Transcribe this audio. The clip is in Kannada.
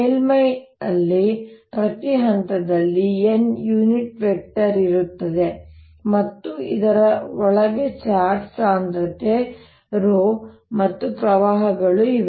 ಮೇಲ್ಮೈಯಲ್ಲಿ ಪ್ರತಿ ಹಂತದಲ್ಲಿ n ಯೂನಿಟ್ ವೆಕ್ಟರ್ ಇರುತ್ತದೆ ಮತ್ತು ಇದರ ಒಳಗೆ ಚಾರ್ಜ್ ಸಾಂದ್ರತೆ ρ ಮತ್ತು ಪ್ರವಾಹಗಳು ಇವೆ